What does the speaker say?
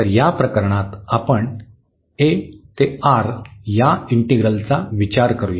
तर या प्रकरणात आपण a ते R या इंटींग्रलचा विचार करूया